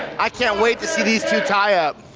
i can't wait to see these two tie up.